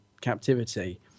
captivity